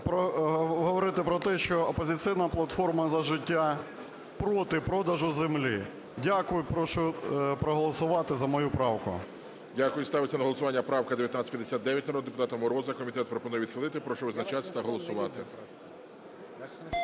проговорити про те, що "Опозиційна платформа – За життя" проти продажу землі. Дякую. Прошу проголосувати за мою правку. ГОЛОВУЮЧИЙ. Дякую. Ставиться на голосування правка 1959 народного депутата Мороза. Комітет пропонує відхилити. Прошу визначатись та голосувати.